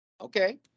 okay